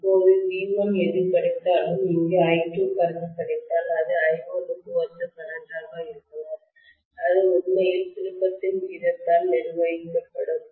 இப்போது V1 எது கிடைத்தாலும் இங்கு I2 கரெண்ட் கிடைத்தால் அது I1 க்கு ஒத்த கரெண்ட் ஆக இருக்கலாம் இது உண்மையில் திருப்பத்தின் விகிதத்தால் நிர்வகிக்கப்படும்